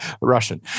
Russian